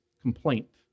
complaint